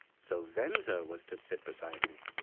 so venza was to sit beside me.